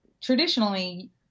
Traditionally